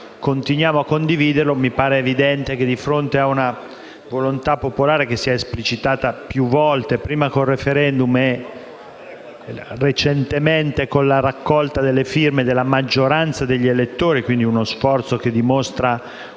continuiamo a condividere. Mi pare evidente che di fronte ad una volontà popolare che si è esplicitata più volte, prima con un *referendum* e, recentemente, con la raccolta delle firme della maggioranza degli elettori (uno sforzo che dimostra